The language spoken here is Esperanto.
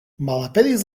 malaperis